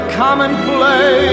commonplace